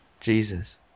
Jesus